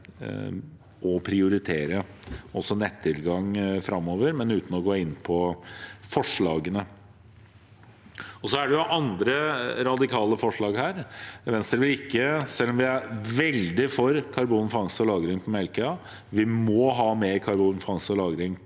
og prioritere nettilgang framover, men uten å gå inn på forslagene. Så er det andre radikale forslag her. Venstre er, selv om vi er veldig for karbonfangst og lagring på Melkøya – vi må ha mer karbonfangst og lagring